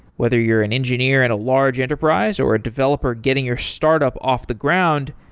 whether you're an engineer at a large enterprise, or a developer getting your startup off the ground,